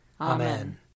Amen